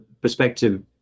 perspective